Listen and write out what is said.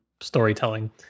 storytelling